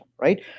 right